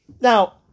Now